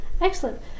Excellent